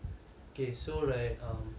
okay so right um